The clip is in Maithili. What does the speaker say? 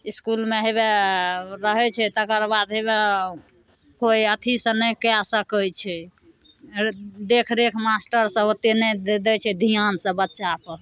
इसकुलमे हेबे रहै छै तकर बाद हेबै कोइ अथीसे नहि कै सकै छै देखरेख मास्टरसभ ओतेक नहि दै छै धिआन सभ बच्चापर